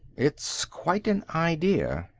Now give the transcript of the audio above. it's quite an idea,